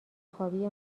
خوابی